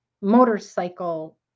motorcycle